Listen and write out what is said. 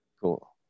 cool